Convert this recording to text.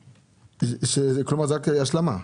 כלומר, זאת רק השלמה.